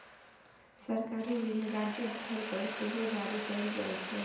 सरकारी ऋण राज्य स्तर पर सेहो जारी कएल जाइ छै